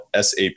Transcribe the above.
SAP